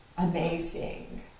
amazing